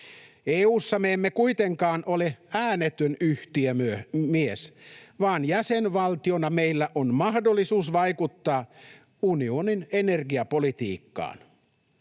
EU:ssa me emme kuitenkaan ole ”äänetön yhtiömies”, vaan jäsenvaltiona meillä on mahdollisuus vaikuttaa unionin energiapolitiikkaan.